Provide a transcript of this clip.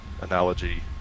analogy